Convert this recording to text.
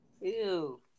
Ew